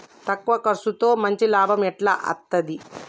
తక్కువ కర్సుతో మంచి లాభం ఎట్ల అస్తది?